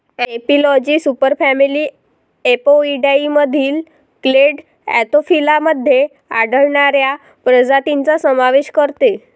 एपिलॉजी सुपरफॅमिली अपोइडियामधील clade Anthophila मध्ये आढळणाऱ्या प्रजातींचा समावेश करते